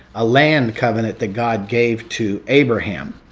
a land covenant that god gave to abraham,